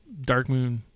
Darkmoon